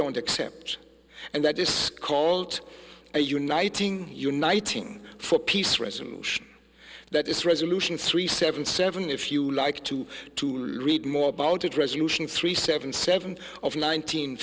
don't accept and that just called a uniting uniting for peace resolution that is resolution three seven seven if you like to read more about it resolution three seven seven of nine